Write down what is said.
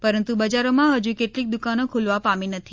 પરંતુ બજારોમાં હજુ કેટલીક દુકાનો ખુલવા પામી નથી